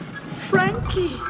Frankie